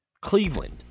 Cleveland